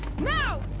now!